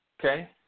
Okay